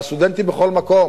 והסטודנטים בכל מקום,